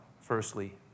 firstly